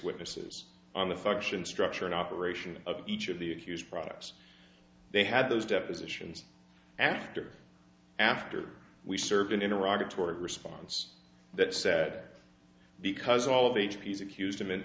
witnesses on the function structure and operation of each of the accused products they had those depositions after after we served in iraq toward response that set because all of h p s accused him an